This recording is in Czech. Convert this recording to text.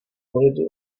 pohyby